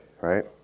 right